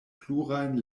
plurajn